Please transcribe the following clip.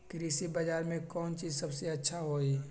कृषि बजार में कौन चीज सबसे अच्छा होई?